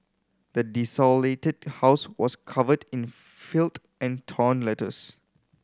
the desolated house was covered in filth and torn letters